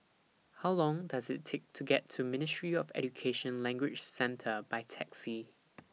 How Long Does IT Take to get to Ministry of Education Language Centre By Taxi